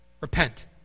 Repent